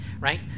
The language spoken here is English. right